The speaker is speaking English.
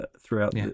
throughout